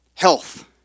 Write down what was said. health